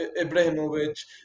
Ibrahimovic